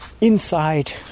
inside